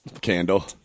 candle